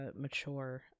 mature